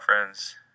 friends